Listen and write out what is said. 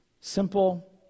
Simple